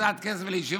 קצת כסף לישיבות,